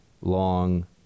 long